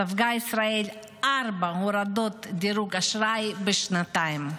ספגה ישראל ארבע הורדות דירוג אשראי בשנתיים.